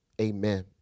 amen